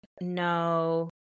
No